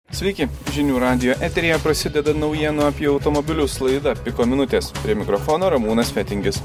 sveiki žinių radijo eteryje prasideda naujienų apie automobilius laida piko minutės prie mikrofono ramūnas fetingis